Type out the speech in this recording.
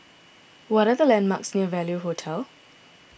what are the landmarks near Value Hotel